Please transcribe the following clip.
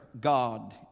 God